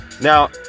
Now